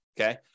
Okay